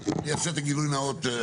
גילוי נאות.